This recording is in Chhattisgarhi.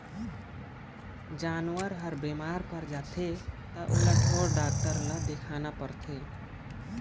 जानवर हर बेमार पर जाथे त ओला ढोर डॉक्टर ल देखाना परथे